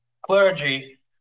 clergy